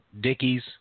Dickies